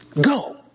Go